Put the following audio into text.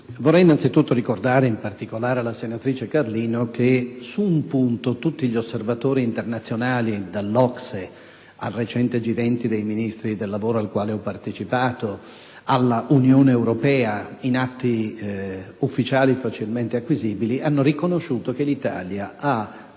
vorrei innanzitutto ricordare, in particolare alla senatrice Carlino, che su un punto tutti gli osservatori internazionali, dall'OCSE al recente G20 dei Ministri del lavoro, cui ho partecipato, fino all'Unione europea, in atti ufficiali facilmente acquisibili, hanno riconosciuto che l'Italia ha